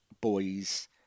boys